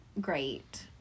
great